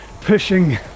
pushing